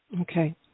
okay